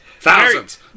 thousands